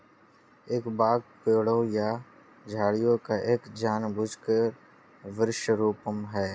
एक बाग पेड़ों या झाड़ियों का एक जानबूझकर वृक्षारोपण है